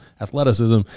athleticism